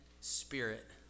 spirit